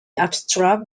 abstract